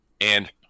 and-